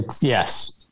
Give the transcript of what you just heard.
Yes